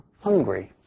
hungry